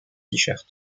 shirt